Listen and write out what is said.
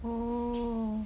oo